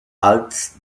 als